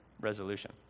resolution